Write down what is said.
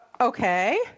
Okay